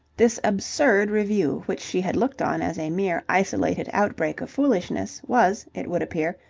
this absurd revue, which she had looked on as a mere isolated outbreak of foolishness, was, it would appear,